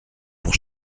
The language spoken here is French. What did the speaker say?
pour